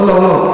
לא, לא, לא.